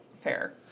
fair